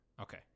Okay